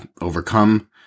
overcome